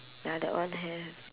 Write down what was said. ya that one have